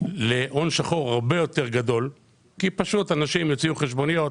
להון שחור הרבה יותר גדול כי פשוט אנשים יוציאו חשבוניות